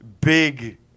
big